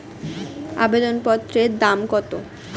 আবেদন পত্রের দাম কত?